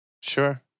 sure